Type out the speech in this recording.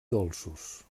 dolços